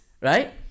Right